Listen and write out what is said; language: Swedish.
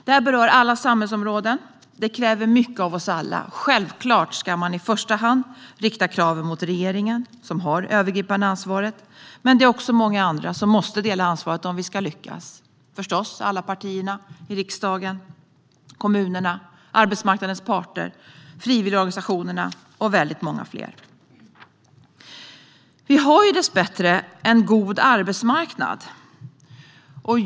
Detta berör alla samhällsområden. Det kräver mycket av oss alla. Självklart ska man i första hand rikta kraven mot regeringen, som har det övergripande ansvaret. Men det är många andra som måste dela ansvaret om vi ska lyckas. Det är förstås alla partier i riksdagen, kommunerna, arbetsmarknadens parter, frivilligorganisationerna och väldigt många fler. Vi har dessbättre en god arbetsmarknad.